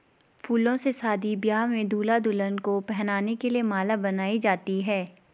फूलों से शादी ब्याह में दूल्हा दुल्हन को पहनाने के लिए माला बनाई जाती है